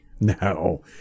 No